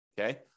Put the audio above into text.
Okay